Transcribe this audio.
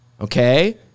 okay